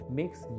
makes